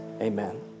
amen